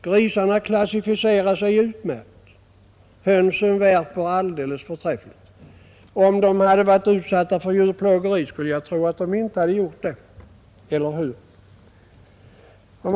Grisarna klassificeras högt. Hönsen värper förträffligt. Hade de varit utsatta för djurplågeri, skulle jag tro att de inte hade gjort det. Eller hur?